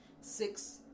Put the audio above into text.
Six